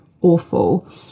awful